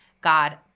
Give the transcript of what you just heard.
God